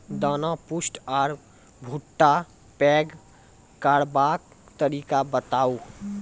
दाना पुष्ट आर भूट्टा पैग करबाक तरीका बताऊ?